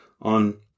on